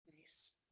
Nice